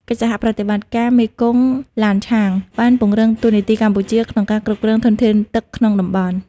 កិច្ចសហប្រតិបត្តិការមេគង្គ-ឡានឆាង បានពង្រឹងតួនាទីកម្ពុជាក្នុងការគ្រប់គ្រងធនធានទឹកក្នុងតំបន់។